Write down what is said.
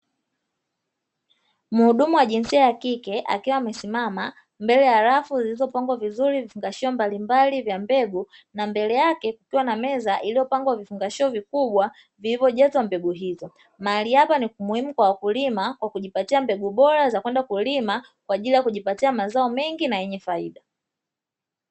Mhudumu wa jinsia ya kike akiwa amesimama mbele ya rafu; zilizopangwa vizuri vifungashio mbalimbali vya mbegu na mbele yake kukiwa na meza iliyopangwa vifungashio vikubwa, vilivyojazwa mbegu hizo. Mahali hapa ni muhimu kwa wakulima kwa kujipatia mbegu bora za kwenda kulima, kwa ajili ya kujipatia mazao mengi na yenye faida.